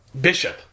Bishop